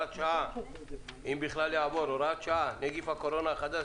שעה - נגיף הקורונה החדש),